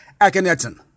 Akhenaten